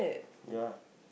ya